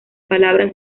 palabras